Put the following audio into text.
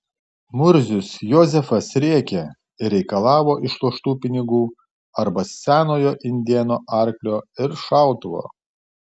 murzius jozefas rėkė ir reikalavo išloštų pinigų arba senojo indėno arklio ir šautuvo